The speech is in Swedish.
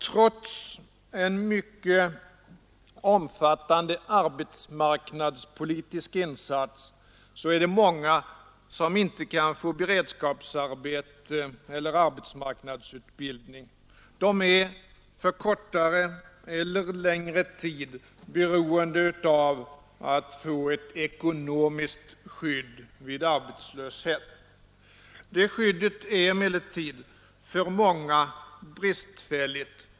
Trots en mycket omfattande arbetsmarknadspolitisk insats är det många som inte kan få beredskapsar bete eller arbetsmarknadsutbildning. De är för kortare eller längre tid beroende av att få ett ekonomiskt skydd vid arbetslöshet. Det skyddet är emellertid för många bristfälligt.